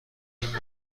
این